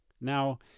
Now